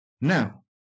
Now